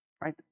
right